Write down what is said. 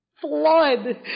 flood